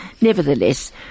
Nevertheless